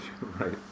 right